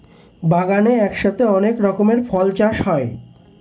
বাগানে একসাথে অনেক রকমের ফল চাষ হয়